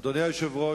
אדוני היושב-ראש,